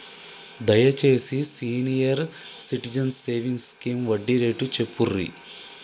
దయచేసి senior citizens savings scheme వడ్డీ rate చెప్పుర్రి